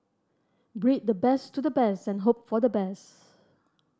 breed the best to the best and hope for the best